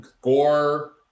gore